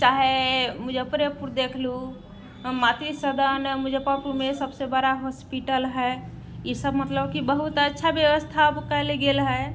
चाहे मुजफ्फरपुरे देख लू मातृसदन मुजफ्फरपुरमे सबसे बड़ा हॉस्पिटल हय ई सब मतलब की बहुत अच्छा व्यवस्था अब कयल गेल हय